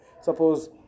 suppose